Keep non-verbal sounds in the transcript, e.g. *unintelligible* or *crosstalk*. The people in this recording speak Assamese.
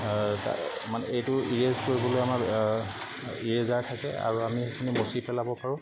মানে এইটো *unintelligible* কৰিবলৈ আমাৰ ইৰেজাৰ থাকে আৰু আমি সেইখিনি মুচি পেলাব পাৰোঁ